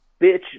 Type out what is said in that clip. bitch